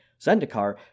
Zendikar